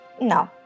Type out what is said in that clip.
no